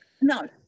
no